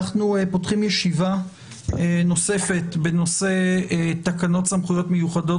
אנחנו פותחים ישיבה נוספת בנושא תקנות סמכויות מיוחדות